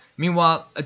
Meanwhile